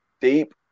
deep